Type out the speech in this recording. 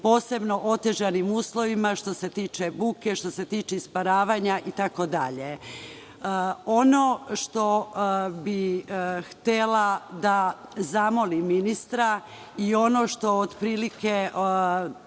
posebno otežanim uslovima što se tiče buke, isparavanja itd. Ono što bih htela da zamolim ministra i ono što otprilike